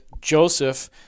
Joseph